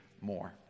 more